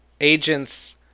agents